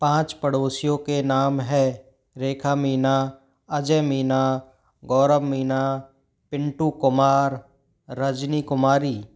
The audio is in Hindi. पाँच पड़ोसियों के नाम है रेखा मीणा अजय मीणा गौरव मीणा पिंटू कुमार रजनी कुमारी